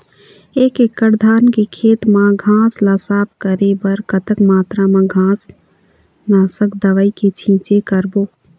एक एकड़ धान के खेत मा घास ला साफ करे बर कतक मात्रा मा घास नासक दवई के छींचे करबो?